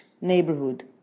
neighborhood